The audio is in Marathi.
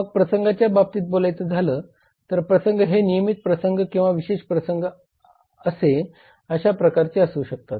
मग प्रसंगाच्या बाबतीत बोलायचं झालं तर प्रसंग हे नियमित प्रसंग किंवा विशेष प्रसंग असे अशा प्रकारचे असू शकतात